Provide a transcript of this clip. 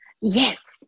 Yes